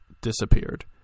disappeared